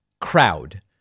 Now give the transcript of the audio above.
crowd